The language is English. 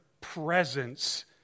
presence